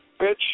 Bitch